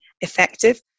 effective